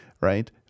right